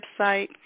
website